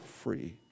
free